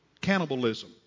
cannibalism